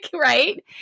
right